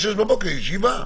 מחר ב-06:00 בבוקר ישיבה.